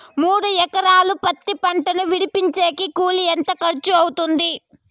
మూడు ఎకరాలు పత్తి పంటను విడిపించేకి కూలి ఎంత ఖర్చు అవుతుంది?